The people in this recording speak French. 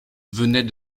venait